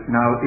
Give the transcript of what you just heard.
now